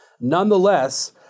Nonetheless